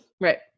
Right